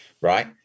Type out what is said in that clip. Right